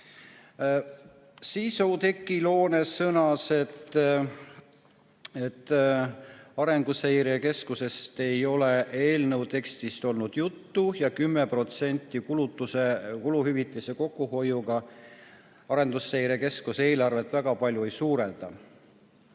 Oudekki Loone sõnas, et Arenguseire Keskusest ei ole eelnõu tekstis juttu ja 10% kuluhüvitiste kokkuhoiuga Arenguseire Keskuse eelarvet väga palju ei suurenda.